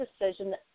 decision